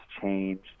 changed